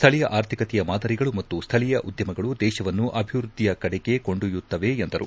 ಸ್ಥಳೀಯ ಆರ್ಥಿಕತೆಯ ಮಾದರಿಗಳು ಮತ್ತು ಸ್ಥಳೀಯ ಉದ್ಯಮಗಳು ದೇಶವನ್ನು ಅಭಿವೃದ್ದಿಯಕಡೆಗೆ ಕೊಂಡೊಯ್ಯುತ್ತವೆ ಎಂದರು